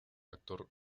actor